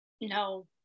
No